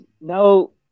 No